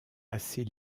assez